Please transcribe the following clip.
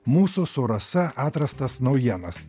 mūsų su rasa atrastas naujienas